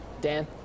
Dan